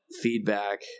feedback